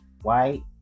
White